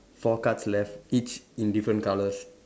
four cards left each in different colours